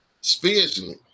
spiritually